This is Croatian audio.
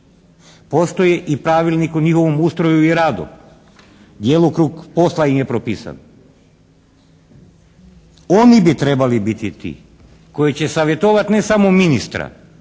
Postoji i Pravilnik o njihovom ustroju i radu. Djelokrug posla im je propisan. Oni bi trebali biti ti koji će savjetovati ne samo ministra